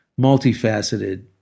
multifaceted